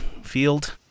field